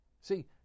see